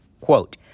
Quote